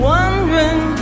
Wondering